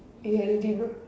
you already know